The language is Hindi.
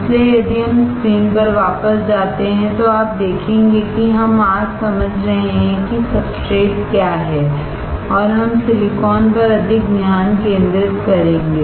इसलिए यदि हम स्क्रीन पर वापस जाते हैं तो आप देखेंगे कि हम आज समझ रहे हैं कि सबस्ट्रेट्स क्या हैं और हम सिलिकॉन पर अधिक ध्यान केंद्रित करेंगे